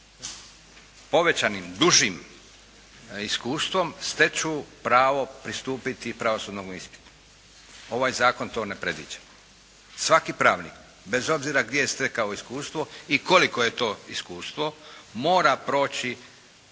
povećanim dužim iskustvom steču pravo pristupiti pravosudnom ispitu. Ovaj zakon to ne predviđa. Svaki pravnik bez obzira gdje je stekao iskustvo i koliko je to iskustvo mora proći